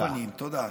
תודה.